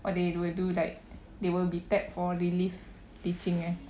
what they will do like they will be tagged for relief teaching eh